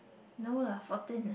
no lah fourteen